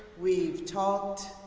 we've talked,